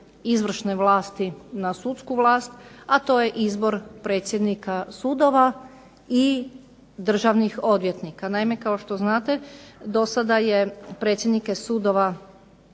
izvršne vlasti na sudsku vlast, a to je izbor predsjednika sudova i državnih odvjetnika. Naime, kao što znate, do sada je predsjednike sudova